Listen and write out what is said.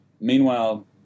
meanwhile